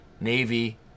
Navy